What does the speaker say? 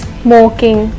smoking